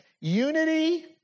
unity